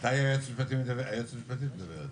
מתי היועצת המשפטית תתייחס?